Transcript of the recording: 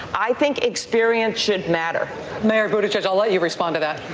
i think experience should matter mayor buttigieg, i'll let you respond to that